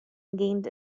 gained